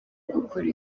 gukora